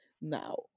Now